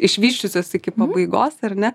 išvysčiusios iki pabaigos ar ne